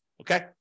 okay